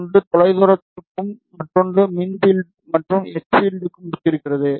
ஒன்று தொலைதூரத்துக்கும் மற்றொன்று மின் பீல்ட் மற்றும் எச் பீல்ட்க்கும் ஒத்திருக்கிறது